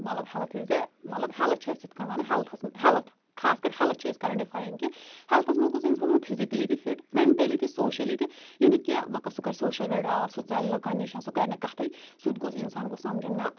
مَطلَب health is a مطلَب health چھ أسۍ یِتھ کٲٹھۍ وَنان مطلَب ہیلٕتھس ہیلٕتھ خاص کر ہیلٕتھ چھِ أسۍ کران ڈِفایِن کہِ ہیلتَھس منٛز گوٚژھ انسانَس آسُن فِزِکٕلی تہِ فِٹ مٮ۪نٛٹٕلی تہِ سوشلی تہِ یِنہٕ کیٚنٛہہ مہ کر سُہ کَرِ سوشل وِڈرٛاوَل سُہ ژَلہِ لُکَن نِش سُہ کَرِ نہٕ کَتھےٕ سُہ تہِ گوٚژھ اِنسان گوژھ سَمجُن نہ